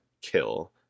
kill